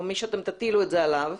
או מי שתטילו את זה עליו,